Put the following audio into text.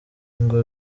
ngo